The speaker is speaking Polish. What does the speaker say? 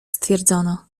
stwierdzono